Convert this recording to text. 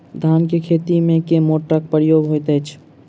धान केँ खेती मे केँ मोटरक प्रयोग होइत अछि?